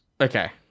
Okay